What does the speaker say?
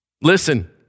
Listen